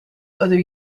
other